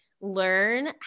learn